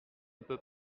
peut